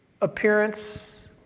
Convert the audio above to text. appearance